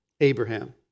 Abraham